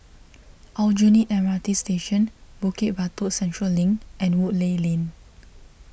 Aljunied M R T Station Bukit Batok Central Link and Woodleigh Lane